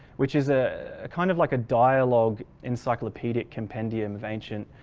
which is a kind of like a dialog encyclopedic compendium of ancient